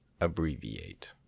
abbreviate